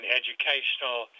educational